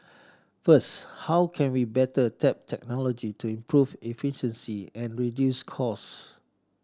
first how can we better tap technology to improve efficiency and reduce cost